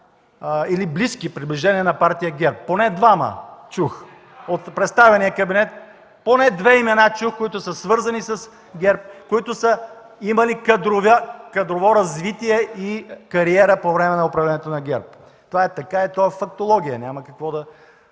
или близки, приближени на партия ГЕРБ. Поне двама чух. От представения кабинет поне две имена чух, които са свързани с ГЕРБ, които са имали кадрово развитие и кариера по време на управлението на ГЕРБ. Това е така и то е фактология. Няма какво да